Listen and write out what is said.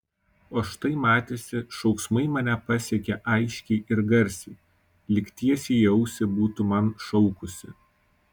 o štai matėsi šauksmai mane pasiekė aiškiai ir garsiai lyg tiesiai į ausį būtų man šaukusi